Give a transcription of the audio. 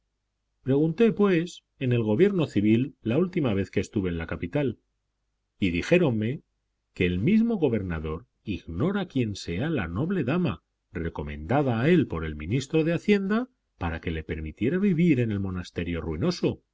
pregunté pues en el gobierno civil la última vez que estuve en la capital y dijéronme que el mismo gobernador ignora quién sea la noble dama recomendada a él por el ministro de hacienda para que le permitiera vivir en el monasterio ruinoso